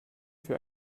für